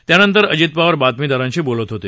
त्यानंतर अजित पवार बातमीदारांशी बोलत होते